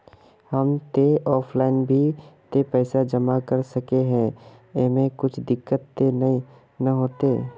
हम ते ऑफलाइन भी ते पैसा जमा कर सके है ऐमे कुछ दिक्कत ते नय न होते?